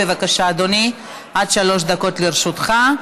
בבקשה, אדוני, עד שלוש דקות לרשותך,